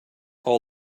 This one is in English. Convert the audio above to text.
all